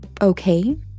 okay